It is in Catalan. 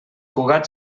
cugat